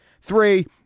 Three